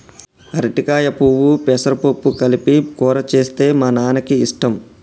అరటికాయ పువ్వు పెసరపప్పు కలిపి కూర చేస్తే మా నాన్నకి ఇష్టం